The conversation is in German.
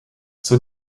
zur